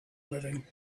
living